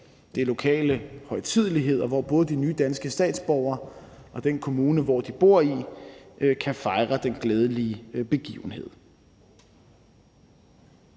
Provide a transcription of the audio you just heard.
det er lokale højtideligheder, hvor både de nye danske statsborgere og den kommune, de bor i, kan fejre den glædelige begivenhed.